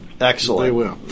Excellent